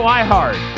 iHeart